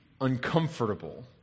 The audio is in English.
uncomfortable